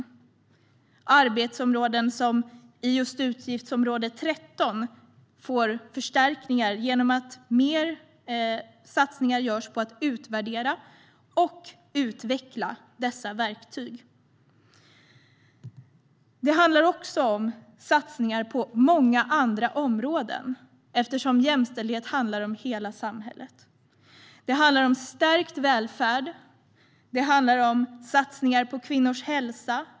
Det är arbetsområden som i just utgiftsområde 13 får förstärkningar genom att fler satsningar görs på att utvärdera och utveckla dessa verktyg. Det handlar också om satsningar på många andra områden eftersom jämställdhet handlar om hela samhället. Det handlar om stärkt välfärd. Det handlar om satsningar på kvinnors hälsa.